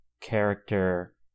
character